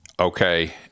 Okay